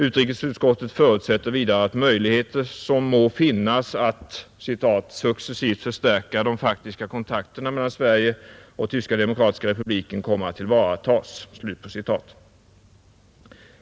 Utrikesutskottet förutsätter vidare att de möjligheter som må finnas att ”successivt förstärka de faktiska kontakterna mellan Sverige och Tyska demokratiska republiken kommer att tillvaratas”.